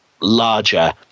larger